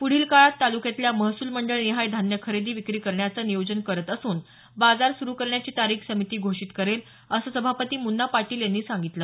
पुढील काळात तालुक्यातल्या महसूल मंडळ निहाय धान्य खरेदी करण्याचं नियोजन करत असून बाजार सुरु करण्याची तारीख समिती घोषित विक्री करेल असं सभापती मुन्ना पाटील यांनी सांगितलं